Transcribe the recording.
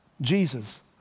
Jesus